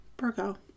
Virgo